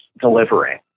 delivering